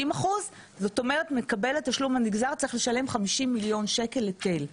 זאת אומרת שמקבל התשלום הנגזר צריך לשלם 50 מיליון שקלים היטל.